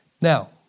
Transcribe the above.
Now